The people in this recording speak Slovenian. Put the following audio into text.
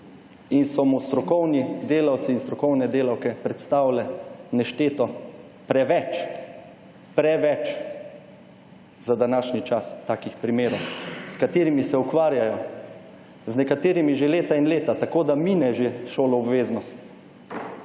in so mu strokovni delavci in strokovne delavke predstavile nešteto, preveč – preveč – za današnji čas, takih primerov, s katerimi se ukvarjajo. Z nekaterimi že leta in leta, tako, da mine že šoloobveznost,